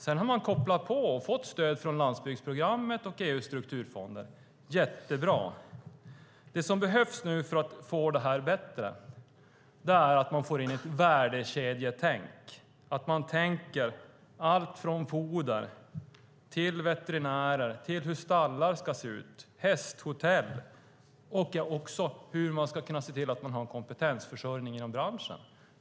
Sedan har man kopplat på och fått stöd från landsbygdsprogrammet och EU:s strukturfonder. Det är jättebra. För att detta ska bli bättre behövs det ett värdekedjetänk. Man måste tänka på allt från foder och veterinärer till hur stallar och hästhotell ska se ut och hur man får en kompetensförsörjning inom branschen.